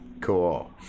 cool